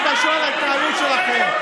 תתביישו על ההתנהלות שלכם.